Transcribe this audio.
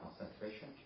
concentration